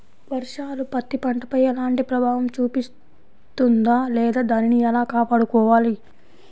వర్షాలు పత్తి పంటపై ఎలాంటి ప్రభావం చూపిస్తుంద లేదా దానిని ఎలా కాపాడుకోవాలి?